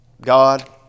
God